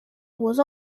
was